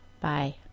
bye